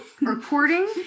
recording